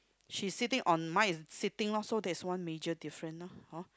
she sitting on mine is sitting lor so that's one major difference ah hor